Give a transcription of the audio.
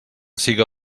siga